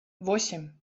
восемь